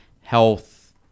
health